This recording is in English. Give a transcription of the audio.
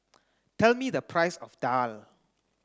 tell me the price of Daal